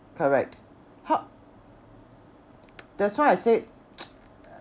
correct how that's why I said